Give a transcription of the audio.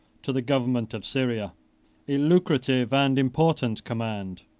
to the government of syria a lucrative and important command,